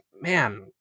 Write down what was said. man